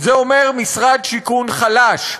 זה אומר משרד שיכון חלש.